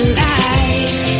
life